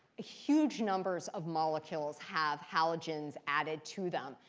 huge numbers of molecules have halogens added to them.